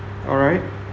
alright